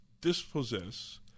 dispossess